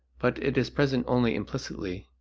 but it is present only implicitly,